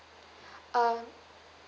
uh